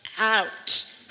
out